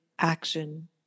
Action